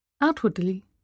Outwardly